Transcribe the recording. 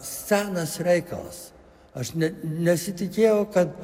senas reikalas aš net nesitikėjau kad